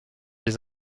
des